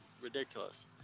ridiculous